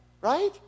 right